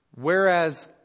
Whereas